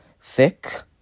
Thick